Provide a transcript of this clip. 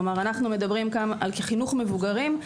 כלומר אנו מדברים על חינוך מבוגרים.